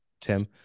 Tim